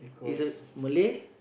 is it Malay